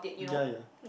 ya ya